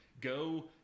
go